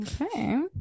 Okay